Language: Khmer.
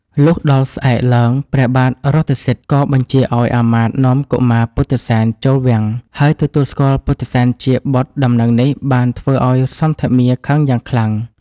លុះដល់ស្អែកឡើង ព្រះបាទរថសិទ្ធិក៏បញ្ជាឲ្យអាមាត្យនាំកុមារពុទ្ធិសែនចូលវាំង ហើយទទួលស្គាល់ពុទ្ធិសែនជាបុត្រដំណឹងនេះបានធ្វើឲ្យសន្ធមារខឹងយ៉ាងខ្លាំង។